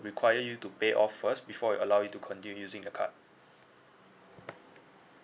require you to pay off first before we allow you to continue using the card